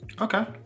okay